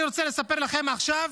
אני רוצה לספר לכם עכשיו